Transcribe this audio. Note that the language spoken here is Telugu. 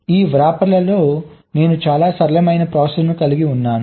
ఈ వ్రాపర్ర్లో నేను చాలా సరళమైన ప్రాసెసర్ను కలిగి ఉన్నాను